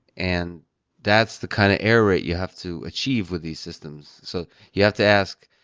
and that's the kind of error rate you have to achieve with these systems. so you have to ask,